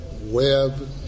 web